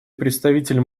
представитель